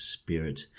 Spirit